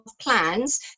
plans